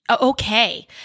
okay